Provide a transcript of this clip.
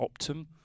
Optum